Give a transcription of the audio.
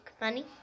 money